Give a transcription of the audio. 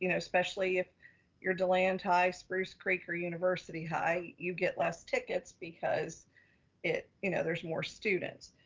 you know especially if you're deland high, spruce creek or university high, you get less tickets because it, you know, there's more students.